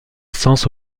sens